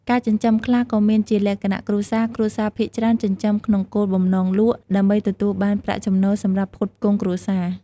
ការចិញ្ចឹមខ្លះក៏មានជាលក្ខណៈគ្រួសារ គ្រួសារភាគច្រើនចិញ្ចឹមក្នុងគោលបំណងលក់ ដើម្បីទទួលបានប្រាក់ចំណូលសម្រាប់ផ្គត់ផ្គង់គ្រួសារ។